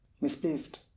misplaced